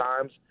times